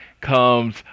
comes